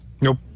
Nope